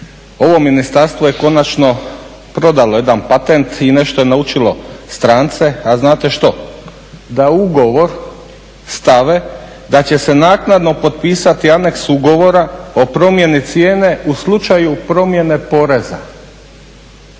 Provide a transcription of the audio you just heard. Ovo ministarstvo je konačno prodalo jedan patent i nešto je naučilo strance a znate što? Da ugovor stave da će se naknadno potpisati aneks ugovora o promjeni cijene u slučaju promjene poreza.